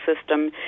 system